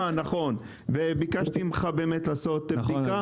ביקשתי ממך לעשות בדיקה.